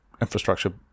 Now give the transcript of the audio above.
infrastructure